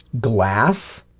glass